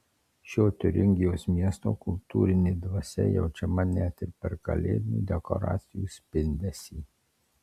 šio tiuringijos miesto kultūrinė dvasia jaučiama net ir per kalėdinių dekoracijų spindesį